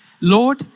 Lord